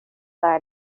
bära